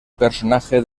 personaje